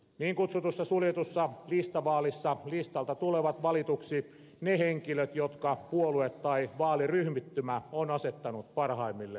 niin kutsutussa suljetussa listavaalissa listalta tulevat valituiksi ne henkilöt jotka puolue tai vaaliryhmittymä on asettanut parhaimmille sijoille